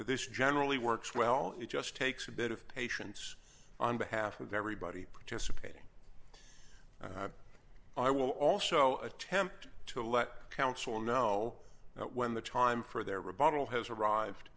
this generally works well it just takes a bit of patience on behalf of everybody participates i will also attempt to let council know when the time for their rebuttal has arrived